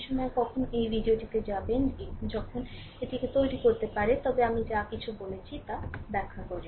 এই সময়ে কখন এই ভিডিওটি তে যাবেন এটিকে তৈরি করতে পারে তবে আমি যা কিছু বলেছি তা ব্যাখ্যা করে